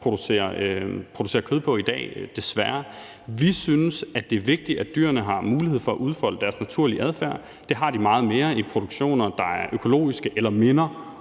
producerer kød på i dag – desværre. Vi synes, at det er vigtigt, at dyrene har mulighed for at udfolde deres naturlige adfærd. Det har de meget mere i produktioner, der er økologiske eller minder